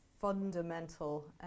fundamental